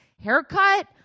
haircut